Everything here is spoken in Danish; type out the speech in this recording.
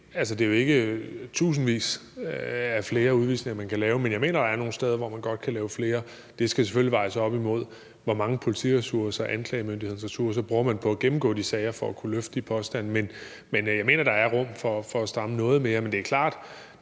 at det jo ikke er tusindvis flere udvisninger, man kan lave, men jeg mener, at der er nogle steder, hvor man godt kan lave flere. Det skal selvfølgelig vejes op imod, hvor mange politiressourcer og anklagemyndighedsressourcer man bruger på at gennemgå de sager for at kunne løfte de påstande. Men jeg mener, der er plads til at stramme noget mere, men det er klart,